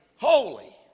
Holy